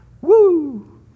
Woo